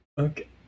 Okay